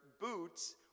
boots